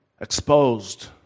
exposed